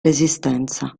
resistenza